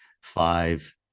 five